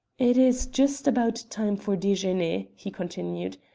it is just about time for dejeuner, he continued.